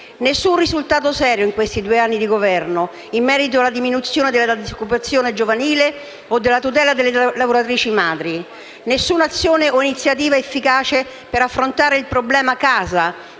Nessun risultato serio in questi due anni di Governo in merito alla diminuzione della disoccupazione giovanile o alla tutela delle lavoratrici madri. Nessuna azione o iniziativa efficace per affrontare il problema casa,